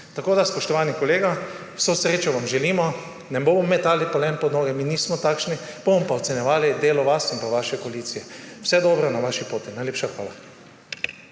ponosni. Spoštovani kolega, vso srečo vam želimo. Ne bomo metali polena pod noge, mi nismo takšni, bomo pa ocenjevali delo vas in pa vaše koalicije. Vse dobro na vaši poti. Hvala.